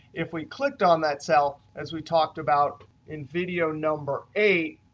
if we clicked on that cell as we talked about in video number eight,